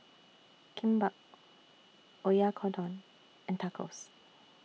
Kimbap Oyakodon and Tacos